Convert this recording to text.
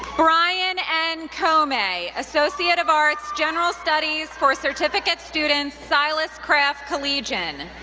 brian n. commey, associate of arts, general studies for certificate students, silas craft collegian.